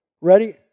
Ready